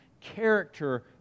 character